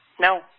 No